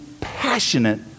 passionate